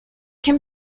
can